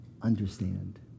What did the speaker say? understand